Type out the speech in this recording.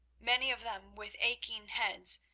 many of them with aching heads,